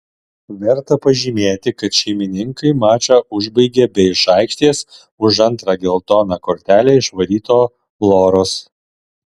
verta pažymėti kad šeimininkai mačą užbaigė be iš aikštės už antrą geltoną kortelę išvaryto loros